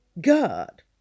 God